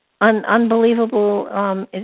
unbelievable